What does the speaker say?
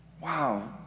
wow